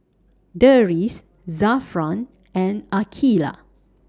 Deris Zafran and Aqeelah